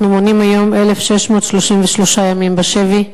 אנחנו מונים היום 1,633 ימים בשבי,